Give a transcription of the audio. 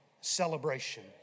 celebration